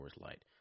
Light